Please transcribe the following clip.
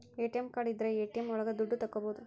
ATM card ಇದ್ರ ATM ಒಳಗ ದುಡ್ಡು ತಕ್ಕೋಬೋದು